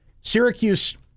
Syracuse